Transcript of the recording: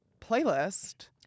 playlist